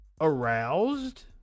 Aroused